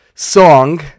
song